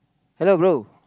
hello bro